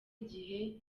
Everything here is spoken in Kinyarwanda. igihe